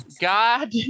God